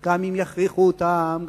גם אם יכריחו אותם.